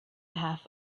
half